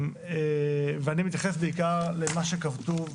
ואני מתייחס בעיקר למה שכתבו,